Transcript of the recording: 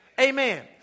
Amen